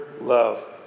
love